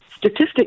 statistic